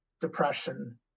depression